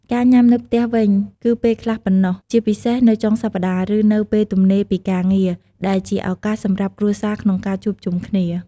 ការញ៉ាំនៅផ្ទះវិញ គឺពេលខ្លះប៉ុណ្ណោះ ជាពិសេសនៅចុងសប្ដាហ៍ ឬនៅពេលទំនេរពីការងារ ដែលជាឱកាសសម្រាប់គ្រួសារក្នុងការជួបជុំគ្នា។